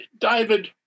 David